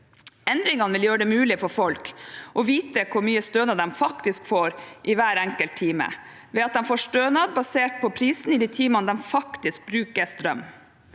Endringen vil gjøre det mulig for folk å vite hvor mye stønad de faktisk får i hver enkelt time, ved at de får stønad basert på prisen i de timene de faktisk bruker strøm.